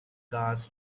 cars